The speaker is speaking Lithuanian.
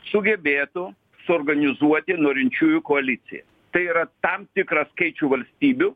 sugebėtų suorganizuoti norinčiųjų koaliciją tai yra tam tikrą skaičių valstybių